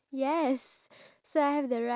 the cow I think